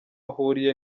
ahuriye